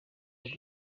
hari